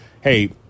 hey